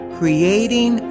creating